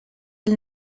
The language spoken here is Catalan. del